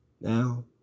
Now